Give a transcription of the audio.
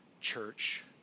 church